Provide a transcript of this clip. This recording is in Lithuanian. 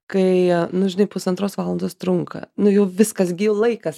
kai nu žinai pusantros valandos trunka nu jau viskas gi laikas